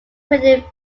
credit